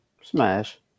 Smash